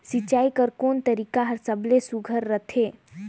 सिंचाई कर कोन तरीका हर सबले सुघ्घर रथे?